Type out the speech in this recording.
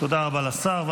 תודה רבה לשר.